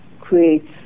creates